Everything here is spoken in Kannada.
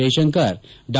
ಜೈಶಂಕರ್ ಡಾ